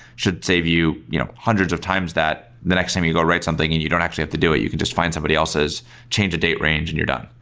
should save you you know hundreds of times that the next time you go write something and you don't actually have to do it, you can just find somebody else as change a date range and you're done,